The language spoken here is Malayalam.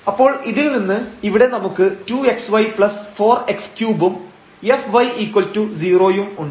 അപ്പോൾ ഇതിൽ നിന്ന് ഇവിടെ നമുക്ക് 2xy4x3 ഉം fy0 യും ഉണ്ട്